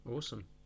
Awesome